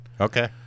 Okay